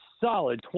solid